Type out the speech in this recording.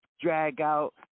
drag-out